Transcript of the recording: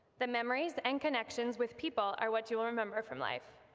the memories and connections with people are what you will remember from life.